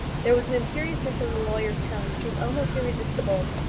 there was an imperiousness in the lawyer's tone which was almost irresistible.